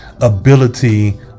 ability